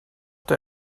der